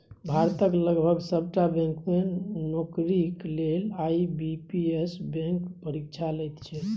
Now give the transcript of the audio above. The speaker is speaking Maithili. भारतक लगभग सभटा बैंक मे नौकरीक लेल आई.बी.पी.एस बैंक परीक्षा लैत छै